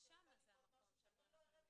בדיוק המקום שיכול להיות משהו שאני לא אראה,